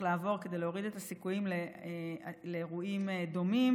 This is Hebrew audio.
לעבור כדי להוריד את הסיכויים לאירועים דומים,